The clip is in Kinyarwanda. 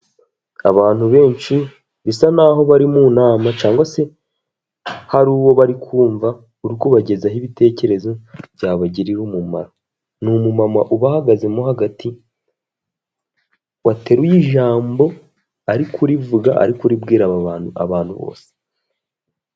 Abantu benshi bisa n'aho bari mu nama cyangwa se hari uwo bari kumva uri kubagezaho ibitekerezo byabagirira umumaro, ni umumama ubahagazemo hagati wateruye ijambo ari kurivuga, ari kuribwira aba bantu abantu bose.